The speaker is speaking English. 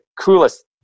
coolest